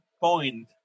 point